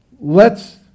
lets